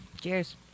Cheers